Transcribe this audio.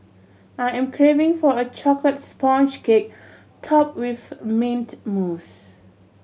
I am craving for a chocolate sponge cake topped with mint mousse